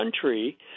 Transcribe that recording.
country